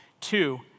Two